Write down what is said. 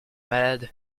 malade